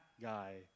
guy